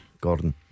Gordon